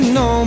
no